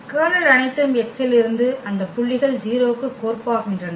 kernel அனைத்தும் X இலிருந்து அந்த புள்ளிகள் 0 க்கு கோர்ப்பாகின்றன